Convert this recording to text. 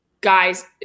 guys